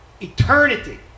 eternity